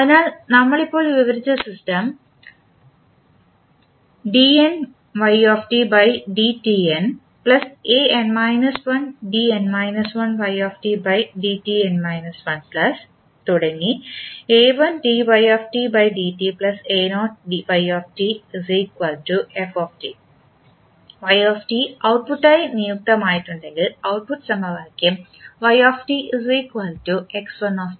അതിനാൽ നമ്മൾ ഇപ്പോൾ വിവരിച്ച ഈ സിസ്റ്റം ഔട്ട്പുട്ടായി നിയുക്തമാക്കിയിട്ടുണ്ടെങ്കിൽഔട്ട്പുട്ട് സമവാക്യംആണ്